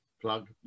Plug